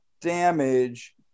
damage